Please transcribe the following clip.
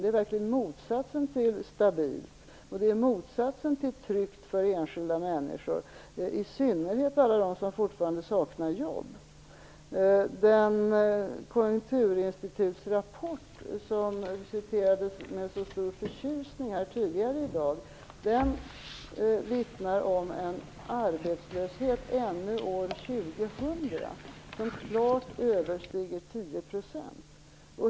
Det är verkligen motsatsen till stabilt och motsatsen till tryggt för enskilda människor, i synnerhet alla dem som fortfarande saknar jobb. Den rapport från Konjunkturinstitutet som citerades med så stor förtjusning tidigare här i dag vittnar om en arbetslöshet ännu år 2000 som klart överstiger 10 %.